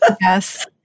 Yes